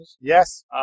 yes